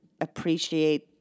appreciate